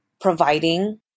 providing